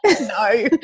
No